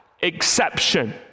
exception